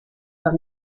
par